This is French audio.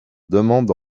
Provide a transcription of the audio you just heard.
demande